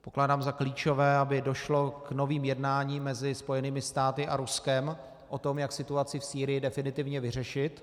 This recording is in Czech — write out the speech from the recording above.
Pokládám za klíčové, aby došlo k novým jednáním mezi Spojenými státy a Ruskem o tom, jak situaci v Sýrii definitivně vyřešit.